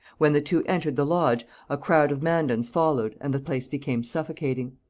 when the two entered the lodge a crowd of mandans followed and the place became suffocating.